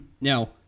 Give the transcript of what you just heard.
Now